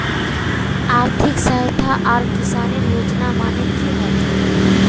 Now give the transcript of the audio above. आर्थिक सहायता आर किसानेर योजना माने की होय?